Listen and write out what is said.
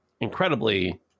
incredibly